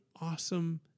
awesome